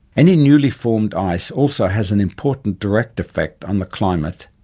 any newly formed ice also has an important direct effect on the climate,